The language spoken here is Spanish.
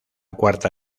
cuarta